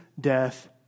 death